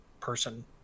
person